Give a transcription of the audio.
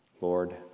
Lord